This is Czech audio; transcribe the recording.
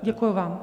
Děkuji vám.